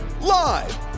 Live